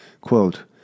Quote